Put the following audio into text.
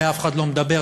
על זה אף אחד לא מדבר,